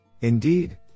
Indeed